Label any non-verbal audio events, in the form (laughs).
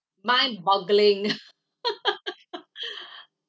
mind-boggling (laughs)